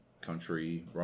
country